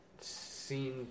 seen